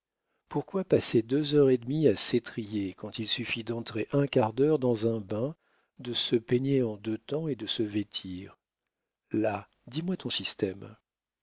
pourquoi passer deux heures et demie à s'étriller quand il suffit d'entrer un quart d'heure dans un bain de se peigner en deux temps et de se vêtir là dis-moi ton système